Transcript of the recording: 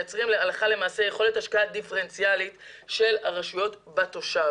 מייצרים הלכה למעשה יכולת השקעה דיפרנציאלית של הרשויות בתושב